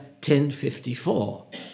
1054